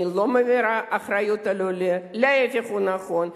אני לא מעבירה אחריות על העולה, ההיפך הוא הנכון.